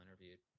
interviewed